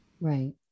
Right